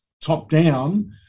top-down